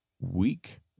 week